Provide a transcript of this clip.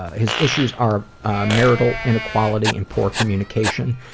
ah his issues are marital inequality and poor communication.